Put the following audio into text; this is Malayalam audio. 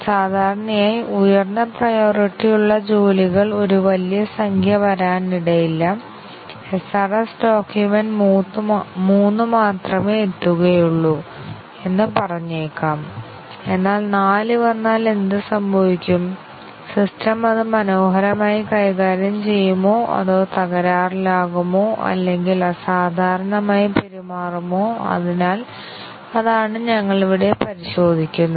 സാധാരണയായി ഉയർന്ന പ്രയോറിറ്റി ഉള്ള ജോലികൾ ഒരു വലിയ സംഖ്യ വരാനിടയില്ല SRS ഡോക്യുമെന്റ് 3 മാത്രമേ എത്തുകയുള്ളൂ എന്ന് പറഞ്ഞേക്കാം എന്നാൽ 4 വന്നാൽ എന്ത് സംഭവിക്കും സിസ്റ്റം അത് മനോഹരമായി കൈകാര്യം ചെയ്യുമോ അതോ തകരാറിലാകുമോ അല്ലെങ്കിൽ അസാധാരണമായി പെരുമാറുമോ അതിനാൽ അതാണ് ഞങ്ങൾ ഇവിടെ പരിശോധിക്കുന്നത്